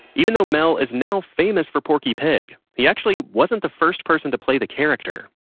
even though mel is now famous for porky pig, he actually wasn't the first person to play the character.